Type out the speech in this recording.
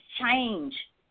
change